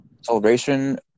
celebration